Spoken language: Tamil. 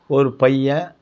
ஒரு பையன்